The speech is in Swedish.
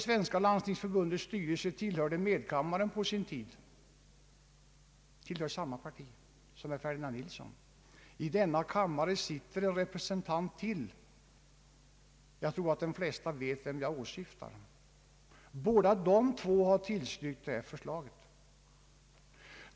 Svenska landstingsförbundets nuvarande ordförande tillhörde på sin tid vår medkammare och tillhör samma parti som herr Ferdinand Nilsson, och i denna kammare finns ännu en representant för Landstingsförbundet. Jag tror att de flesta förstår vem jag syftar på. Båda har tillstyrkt det aktuella förslaget.